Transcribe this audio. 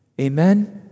Amen